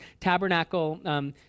tabernacle